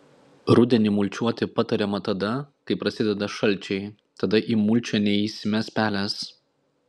rudenį mulčiuoti patariama tada kai prasideda šalčiai tada į mulčią neįsimes pelės